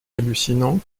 hallucinant